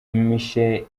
michaëlle